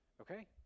Okay